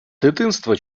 дитинства